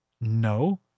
No